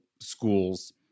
schools